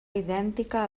idèntica